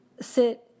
sit